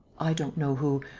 i don't know who.